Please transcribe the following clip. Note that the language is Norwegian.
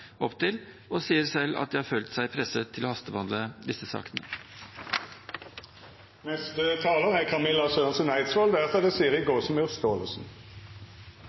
og sier selv at de har følt seg presset til å hastebehandle disse sakene. Det er mange områder i Norges velferd hvor sosial ulikhet i helse er